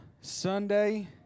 Sunday